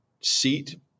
Seat